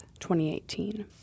2018